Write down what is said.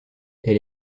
elle